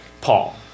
Paul